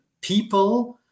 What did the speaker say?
people